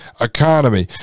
economy